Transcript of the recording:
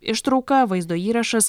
ištrauka vaizdo įrašas